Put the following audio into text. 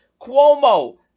Cuomo